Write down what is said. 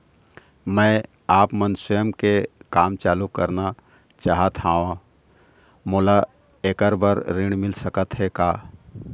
मैं आपमन स्वयं के काम चालू करना चाहत हाव, मोला ऐकर बर ऋण मिल सकत हे का?